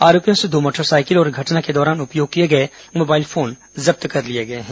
आरोपियों से दो मोटरसाइकिल और घटना के दौरान उपयोग किए गए मोबाइल फोन जब्त किए गए हैं